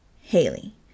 Haley